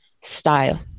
style